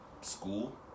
school